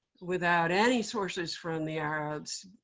without any sources from the arabs,